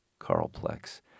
Carlplex